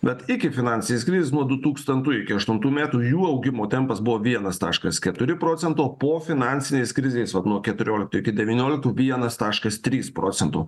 bet iki finansinės krizės nuo dutūkstantų iki aštuntų metų jų augimo tempas buvo vienas taškas keturi procento po finansinės krizės vat nuo keturioliktų iki devynioliktų vienas taškas trys procento